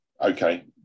okay